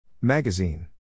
Magazine